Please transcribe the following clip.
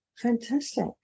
Fantastic